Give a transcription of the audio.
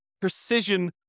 precision